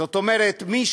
זאת אומרת, מי